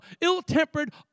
ill-tempered